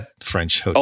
French